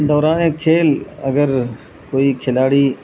دوران کھیل اگر کوئی کھلاڑی